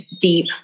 deep